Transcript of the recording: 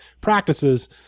practices